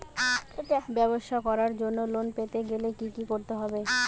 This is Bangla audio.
ব্যবসা করার জন্য লোন পেতে গেলে কি কি করতে হবে?